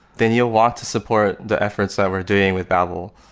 then you'll want to support the efforts that we're doing with babel.